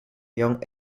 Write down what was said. young